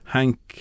Hank